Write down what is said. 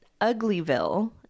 Uglyville